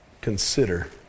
Consider